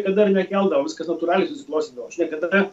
niekada ir nekeldavau viskas natūraliai susiklostydavo aš niekada